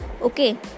okay